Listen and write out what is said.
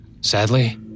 Sadly